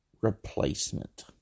replacement